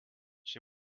she